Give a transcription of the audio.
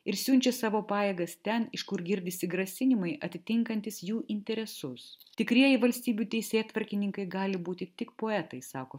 ir siunčia savo pajėgas ten iš kur girdisi grasinimai atitinkantys jų interesus tikrieji valstybių teisėtvarkininkai gali būti tik poetai sako